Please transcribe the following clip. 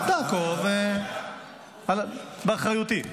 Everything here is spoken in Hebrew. נעקוב, באחריותי.